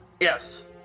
Yes